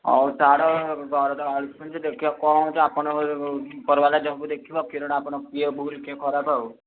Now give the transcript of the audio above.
ଆଉ ତା'ର ଅଲଟ୍ରନେଟିଭ୍ ଦେଖିବା କଣ ହେଉଛି ଆପଣଙ୍କ ଉପରବାଲା ଜଣଙ୍କୁ ଦେଖିବ କ୍ଷୀରଟା ଆପଣ କିଏ ଭୁଲ କିଏ ଖରାପ ଆଉ